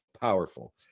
powerful